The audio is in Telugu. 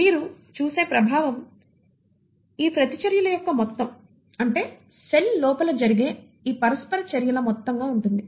మీరు చూసే ప్రభావం ఈ ప్రతిచర్యల యొక్క మొత్తం అంటే సెల్ లోపల జరిగే ఈ పరస్పర చర్యల మొత్తం గా ఉంటుంది